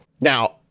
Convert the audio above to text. Now